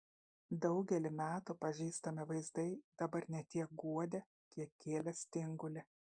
daugelį metų pažįstami vaizdai dabar ne tiek guodė kiek kėlė stingulį